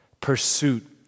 Pursuit